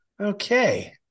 okay